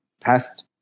past